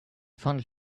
fondled